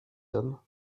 homme